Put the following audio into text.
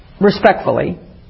respectfully